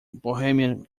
bohemian